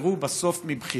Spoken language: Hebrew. יבחרו בסוף, מבחירה,